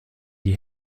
die